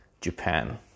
Japan